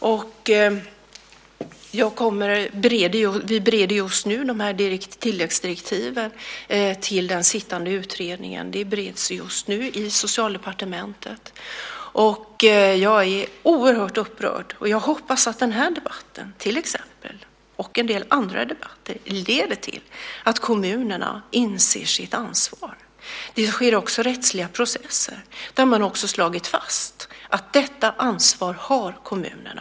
Vi bereder just nu tilläggsdirektiven till den sittande utredningen. De bereds för närvarande i Socialdepartementet. Jag är oerhört upprörd och hoppas att till exempel den här debatten, liksom en del andra debatter, leder till att kommunerna inser sitt ansvar. Det har också förekommit rättsliga processer där man slagit fast att kommunerna har detta ansvar.